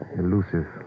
elusive